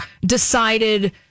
decided